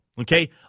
Okay